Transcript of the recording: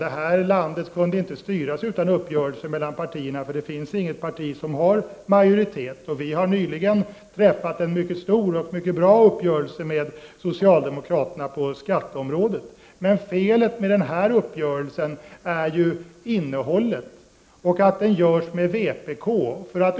Det här landet skulle inte kunna styras utan uppgörelser mellan partierna, för det finns inget parti som har egen majoritet i riksdagen. Vi har nyligen träffat en mycket omfattande och bra uppgörelse med socialdemokraterna på skatteområdet. Felet med den här uppgörelsen däremot är ju innehållet och det förhållandet att den träffas med vpk.